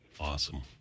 awesome